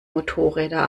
motorräder